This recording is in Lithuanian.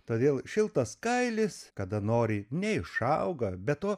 todėl šiltas kailis kada nori neišauga be to